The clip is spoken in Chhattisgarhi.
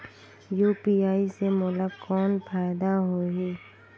यू.पी.आई से मोला कौन फायदा होही?